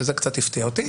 שזה קצת הפתיע אותי,